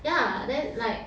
ya then like